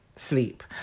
sleep